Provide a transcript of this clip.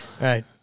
Right